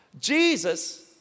Jesus